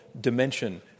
dimension